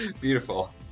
Beautiful